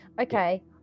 Okay